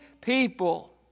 people